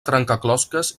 trencaclosques